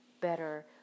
better